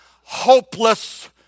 hopeless